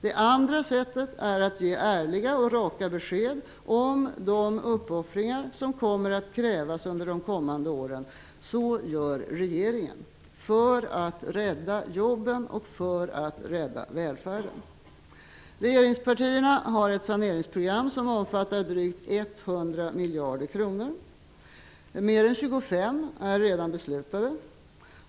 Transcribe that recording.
Det andra sättet är att ge ärliga och raka besked om de uppoffringar som kommer att krävas under de kommande åren. Så gör regeringen -- för att rädda jobben och för att rädda välfärden! Regeringspartierna har ett saneringsprogram som omfattar drygt 100 miljarder kronor. Mer än 25 miljarder är redan beslutade.